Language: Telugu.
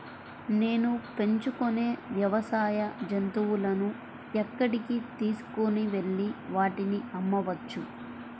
నేను పెంచుకొనే వ్యవసాయ జంతువులను ఎక్కడికి తీసుకొనివెళ్ళి వాటిని అమ్మవచ్చు?